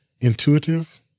intuitive